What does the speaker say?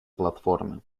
платформы